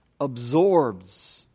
absorbs